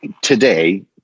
today